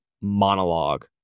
monologue